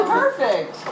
perfect